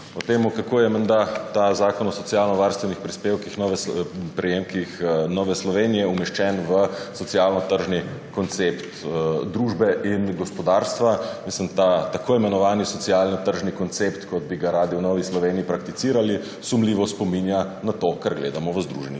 kako je menda zakon o socialno varstvenih prejemkih Nove Slovenije umeščen v socialno tržni koncept družbe in gospodarstva. Ta tako imenovani socialno tržni koncept, kot bi ga radi v Novi Sloveniji prakticirali, sumljivo spominja na to, kar gledamo v Združenih